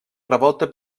revolta